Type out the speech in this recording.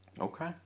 Okay